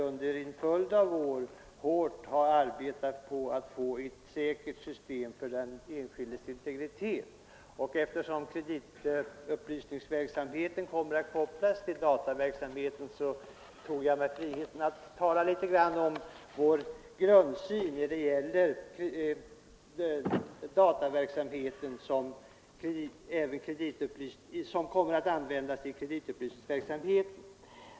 Under en följd av år har vi arbetat hårt på att få ett säkert system för den enskildes integritet, och eftersom kreditupplysningsverksamheten kommer att kopplas till dataverksamheten tog jag mig friheten att tala litet om vår grundsyn när det gäller dataverksamheten som kommer att användas även i kreditupplysningsföretagen.